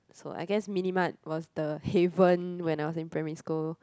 so I guess mini mart was the haven when I was in primary school